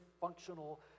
functional